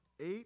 Eight